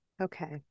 okay